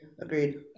agreed